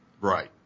right